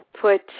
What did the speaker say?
put